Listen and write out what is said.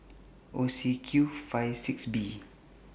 O C Q five six B